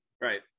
right